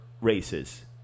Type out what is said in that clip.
races